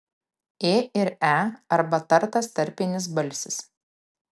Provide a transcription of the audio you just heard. ė ir e arba tartas tarpinis balsis